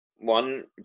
one